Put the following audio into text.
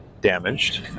damaged